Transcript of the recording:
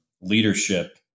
leadership